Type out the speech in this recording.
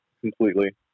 completely